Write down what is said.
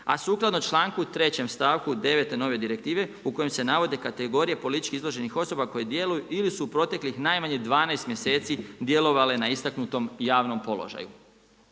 a sukladno članku 3. stavku 9. nove direktive u kojem se navode kategorije politički izloženih osoba koje djeluju ili su u proteklih najmanje 12 mjeseci djelovale na istaknutom javnom položaju.